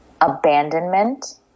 abandonment